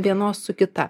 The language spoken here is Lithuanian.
vienos su kita